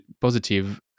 positive